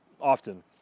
often